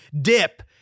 dip